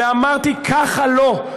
ואמרתי: ככה לא,